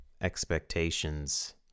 expectations